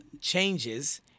changes